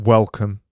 Welcome